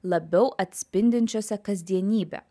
labiau atspindinčiose kasdienybe